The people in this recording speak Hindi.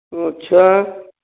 अच्छा